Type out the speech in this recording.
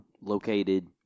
Located